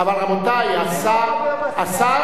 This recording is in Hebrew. השר עונה לכם,